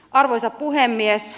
arvoisa puhemies